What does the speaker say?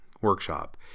workshop